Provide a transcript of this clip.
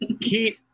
keep